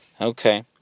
Okay